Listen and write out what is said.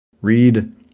read